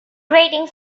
grating